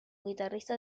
guitarrista